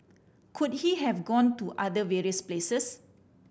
could he have gone to other various places